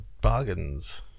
bargains